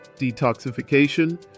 detoxification